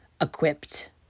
equipped